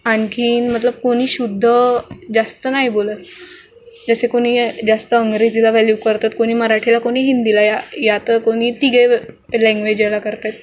आणखीन मतलब कोणी शुद्ध जास्त नाही बोलत जसे कोणी जास्त इंग्रजीला वॅल्यू करतात कोणी मराठीला कोणी हिंदीला या या तर कोणी तिघे लँग्वेजला करतात